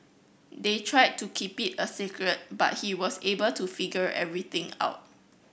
they tried to keep it a secret but he was able to figure everything out